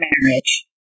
marriage